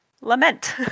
Lament